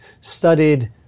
studied